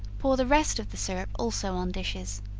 pour the rest of the syrup also on dishes,